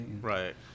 Right